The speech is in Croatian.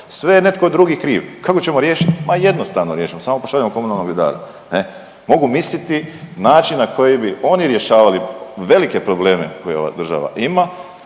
sve je netko drugi kriv. Kako ćemo riješiti? Ma jednostavno riješimo samo pošaljemo komunalnog redara. Mogu misliti način na koji bi oni rješavali velike probleme koje ova država ima